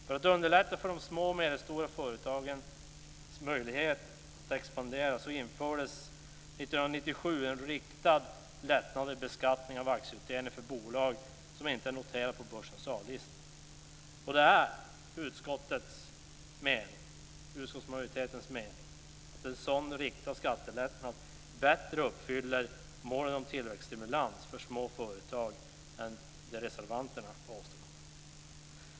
För att underlätta för de små och medelstora företagen när det gäller deras möjligheter att expandera infördes 1997 en riktad lättnad i beskattningen av aktieutdelningar för bolag som inte är noterade på börsens A-lista. Det är utskottsmajoritetens mening att en sådan riktad skattelättnad bättre uppfyller målen om tillväxtstimulans för små företag än det som reservanterna åstadkommer.